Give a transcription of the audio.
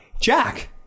jack